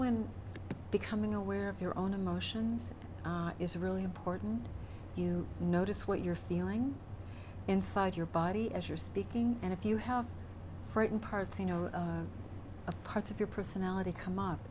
when becoming aware of your own emotions is really important you notice what you're feeling inside your body as you're speaking and if you have frightened parts you know a part of your personality come up